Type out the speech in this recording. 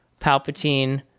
palpatine